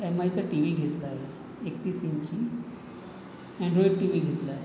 M आयचा T V घेतला आहे एकतीस इंची अँन्ड्रॉईड टी व्ही घेतला आहे